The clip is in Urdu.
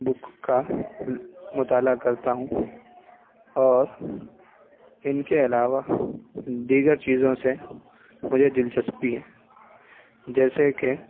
بک کا مطالعہ کرتا ہوں اور ان کے علاوہ دیگر چیزوں سے مجھے دلچسپی ہے جیسے کہ